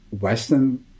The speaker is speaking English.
Western